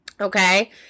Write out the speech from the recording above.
okay